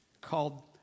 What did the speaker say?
called